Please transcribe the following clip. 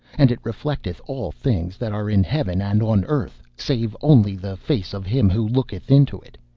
and it reflecteth all things that are in heaven and on earth, save only the face of him who looketh into it.